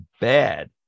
bad